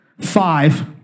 five